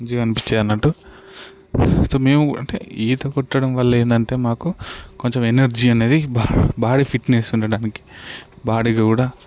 జీవం వచ్చేది అనట్టు సో మేము అంటే ఈత కొట్టడం వల్ల ఏంటంటే మాకు కొంచెం ఎనర్జీ అనేది బా బాడీ ఫిట్నెస్ ఉండడానికి బాడీకి కూడా